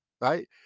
right